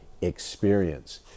experience